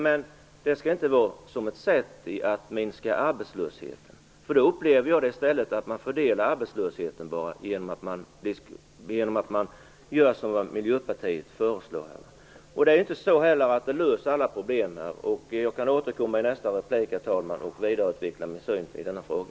Men den skall inte användas som ett sätt att minska arbetslösheten, som Miljöpartiet föreslår, för då fördelar man bara arbetslösheten i stället. Arbetstidsförkortning löser inte alla problem. Men jag kan återkomma i nästa replik, herr talman, för att vidareutveckla min syn i denna fråga.